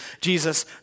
Jesus